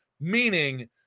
meaning